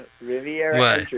Riviera